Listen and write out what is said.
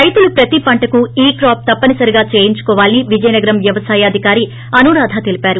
రైతులు ప్రతి పంటకు ఈ కూప్ తప్పనిసరిగా చేయించుకోవాలని విజయనగరం వ్యవసాయాధికారి అనురాధ తెలిపారు